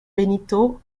benito